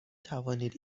توانید